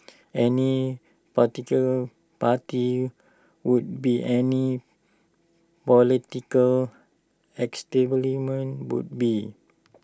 any particular party would be any political would be